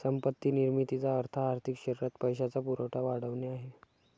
संपत्ती निर्मितीचा अर्थ आर्थिक शरीरात पैशाचा पुरवठा वाढवणे आहे